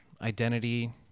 identity